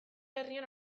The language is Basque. herrian